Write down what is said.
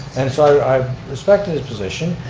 and so i respected his position,